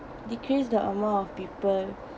decrease the amount of people